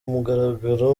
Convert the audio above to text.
mugaragaro